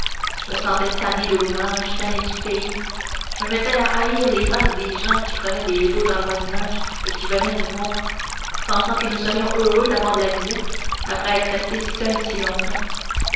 je me sentais tanné de l'ouvrage tanné du pays je me mettais à haïr les faces des gens qui prenaient des lots dans le voisinage et qui venaient nous voir pensant que nous serions heureux d'avoir de la visite après être restés seuls si longtemps